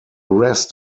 rest